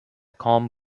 calm